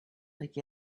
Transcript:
like